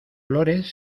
flores